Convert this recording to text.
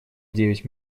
девять